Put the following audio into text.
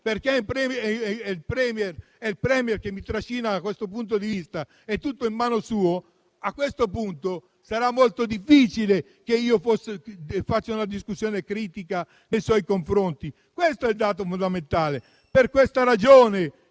perché è il *Premier* che trascina ed è tutto nelle sue mani, a questo punto sarà molto difficile che io faccia una discussione critica nei suoi confronti: questo è il dato fondamentale. Per questa ragione